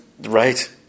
right